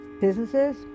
businesses